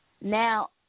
Now